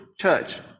church